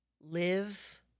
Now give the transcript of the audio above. Live